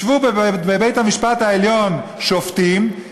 ישבו בבית-המשפט העליון שופטים,